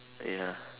ya